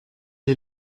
est